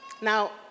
Now